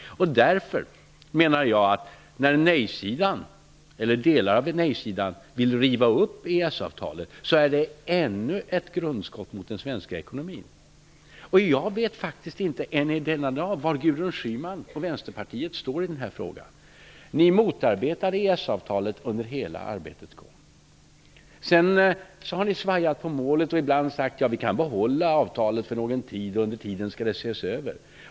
När delar av nej-sidan vill riva upp EES-avtalet menar jag att det innebär ännu ett grundskott mot den svenska ekonomin. Jag vet faktiskt än i denna dag inte var Gudrun Schyman och Vänsterpartiet står i den här frågan. Ni motarbetade EES-avtalet hela tiden arbetet pågick. Sedan har ni svävat på målet. Ibland har ni sagt: Ja, vi kan behålla avtalet någon tid. Under tiden skall det ses över.